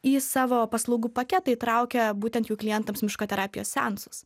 į savo paslaugų paketą įtraukia būtent jų klientams miško terapijos seansus